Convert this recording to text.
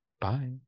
Bye